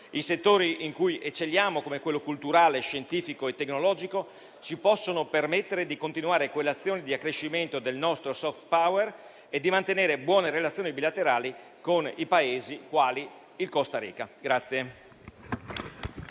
I settori in cui eccelliamo, come quello culturale, scientifico e tecnologico, ci permettono di continuare un'azione di accrescimento del nostro *soft power* e di mantenere buone relazioni bilaterali con Paesi quali la Costa Rica.